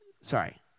Sorry